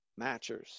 matchers